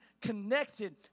connected